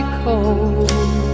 cold